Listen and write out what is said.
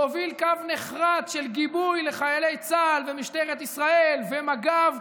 להוביל קו נחרץ של גיבוי לחיילי צה"ל ומשטרת ישראל ומג"ב,